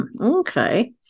Okay